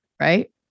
Right